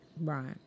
right